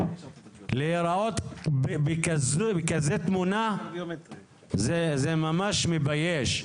להראות ככה, בכזו תמונה, זה ממש מבייש.